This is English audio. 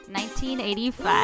1985